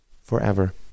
forever